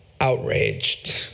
outraged